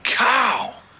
cow